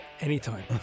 Anytime